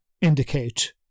indicate